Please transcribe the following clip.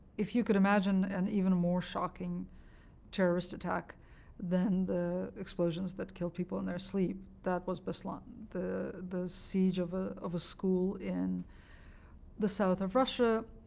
if you could imagine, an even more shocking terrorist attack than the explosions that killed people in their sleep. that was beslan, the the siege of ah of a school in the south of russia,